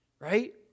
Right